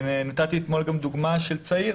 נתתי דוגמה אתמול של צעיר